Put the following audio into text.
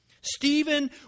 Stephen